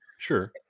sure